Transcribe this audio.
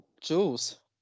Jules